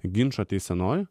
ginčą teisenoje